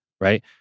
right